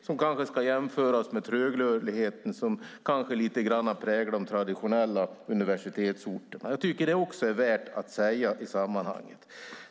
Det kanske ska jämföras med den trögrörlighet som lite grann präglar de traditionella universitetsorterna. Det är också värt att säga i sammanhanget.